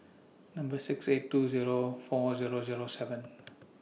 Number six eight two Zero four Zero Zero seven